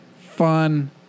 fun